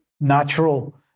natural